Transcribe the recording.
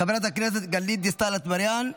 חברת הכנסת גלית דיסטל אטבריאן,